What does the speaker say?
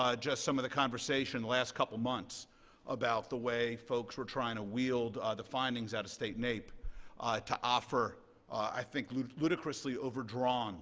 ah just some of the conversation the last couple of months about the way folks were trying to wield the findings out of state naep to offer i think like ludicrisly overdrawn